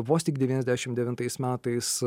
vos tik devyniasdešim devintais metais